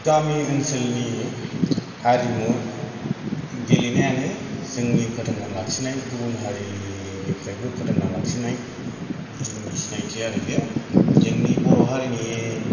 गामि ओनसोलनि हारिमु गेलेनायानो जोंनि फोथांना लाखिनाय गुबुन हारिनिफ्रायबो फोथांना लाखिनाय जोंनि सिनायथि आरो बियो जोंनि बर' हारिनि